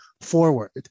forward